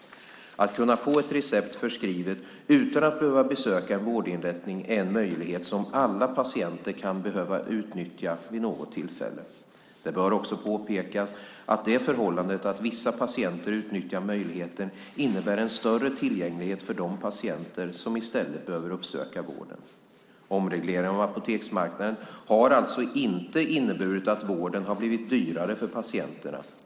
Att kunna få ett recept förskrivet utan att behöva besöka en vårdinrättning är en möjlighet som alla patienter kan behöva utnyttja vid något tillfälle. Det bör också påpekas att det förhållandet att vissa patienter utnyttjar möjligheten innebär en större tillgänglighet för de patienter som i stället behöver uppsöka vården. Omregleringen av apoteksmarknaden har alltså inte inneburit att vården har blivit dyrare för patienterna.